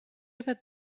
ever